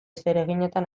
zereginetan